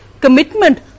commitment